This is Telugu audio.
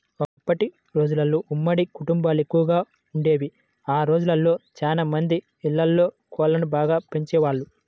ఒకప్పటి రోజుల్లో ఉమ్మడి కుటుంబాలెక్కువగా వుండేవి, ఆ రోజుల్లో చానా మంది ఇళ్ళల్లో కోళ్ళను బాగా పెంచేవాళ్ళు